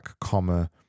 comma